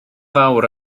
fawr